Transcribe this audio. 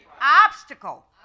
obstacle